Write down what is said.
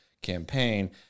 campaign